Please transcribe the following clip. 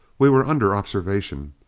we were under observation.